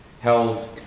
held